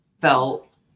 felt